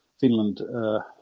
Finland